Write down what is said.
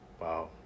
Wow